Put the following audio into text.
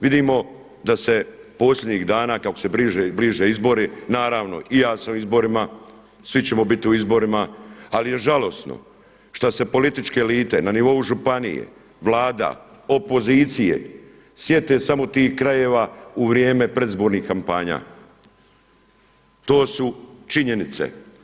Vidimo da se posljednji dana kako se bliže izbori, naravno i ja sam u izborima, svi ćemo biti u izborima ali je žalosno što se političke elite na nivou županije, Vlada, opozicije sjete samo tih krajeva u vrijeme predizbornih kampanja, to su činjenice.